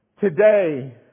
Today